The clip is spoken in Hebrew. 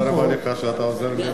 תודה, נסים, תודה רבה לך שאתה עוזר לי.